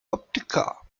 optiker